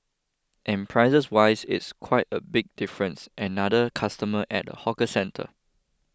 and prices wise it's quite a big difference another customer at a hawker centre